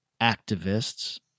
activists